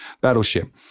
battleship